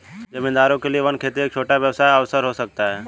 जमींदारों के लिए वन खेती एक छोटा व्यवसाय अवसर हो सकता है